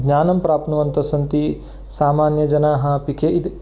ज्ञानं प्राप्नुवन्तः सन्ति सामान्यजनाः अपि चेद्